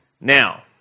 Now